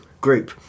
group